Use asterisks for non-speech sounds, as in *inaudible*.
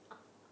*laughs*